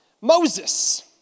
Moses